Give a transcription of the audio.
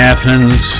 Athens